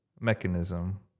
mechanism